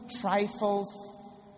trifles